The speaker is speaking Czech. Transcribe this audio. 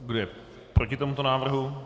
Kdo je proti tomuto návrhu?